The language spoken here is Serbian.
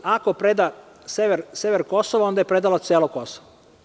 Ako preda sever Kosova onda je predala celo Kosovo.